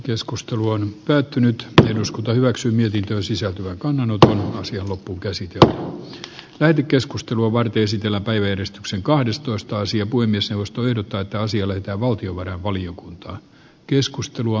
keskustelu on päättynyt eduskunta hyväksyi mietintöön sisältyvä kannanotto asian loppuunkäsitellä on käyty keskustelua varten sillä päiväjärjestyksen kahdestoista sija puhemiesneuvosto ehdottaa että asialle että valtiovarainvaliokunta keskustelua